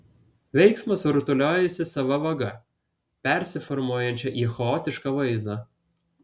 veiksmas rutuliojasi sava vaga persiformuojančia į chaotišką vaizdą